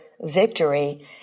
Victory